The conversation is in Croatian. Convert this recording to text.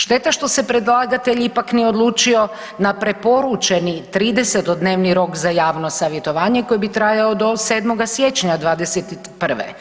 Šteta što se predlagatelj ipak nije odlučio na preporučeni 30-dnevni rok za javne savjetovanje koji bi trajao do 7. siječnja 21.